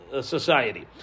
society